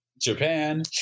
Japan